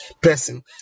person